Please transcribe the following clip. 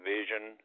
Vision